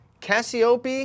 Cassiope